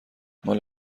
مال